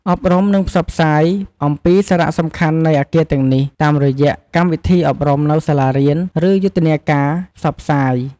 អប់រំ និងផ្សព្វផ្សាយ អំពីសារៈសំខាន់នៃអគារទាំងនេះ តាមរយៈកម្មវិធីអប់រំនៅសាលារៀន ឬយុទ្ធនាការផ្សព្វផ្សាយ។